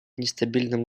нестабильным